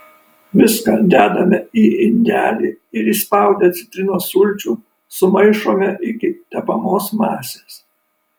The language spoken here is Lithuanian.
viską dedame į indelį ir įspaudę citrinos sulčių sumaišome iki tepamos masės